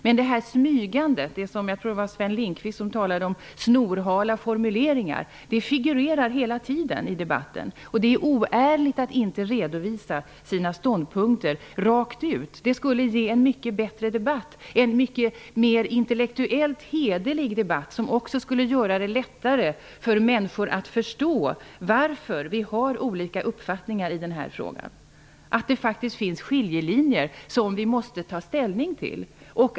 Men det här smygandet -- jag tror att det var Sven Lindqvist som talade om snorhala formuleringar -- figurerar hela tiden i debatten. Det är oärligt att inte redovisa sina ståndpunkter rakt ut. Det skulle ge en mycket bättre debatt, en mycket mer intellektuellt hederlig debatt som också skulle göra det lättare för människor att förstå varför vi har olika uppfattningar i den här frågan. Det finns faktiskt skiljelinjer som vi måste ta ställning till.